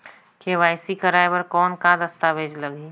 KYC कराय बर कौन का दस्तावेज लगही?